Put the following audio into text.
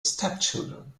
stepchildren